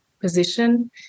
position